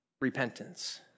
repentance